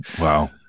Wow